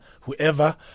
whoever